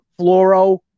fluoro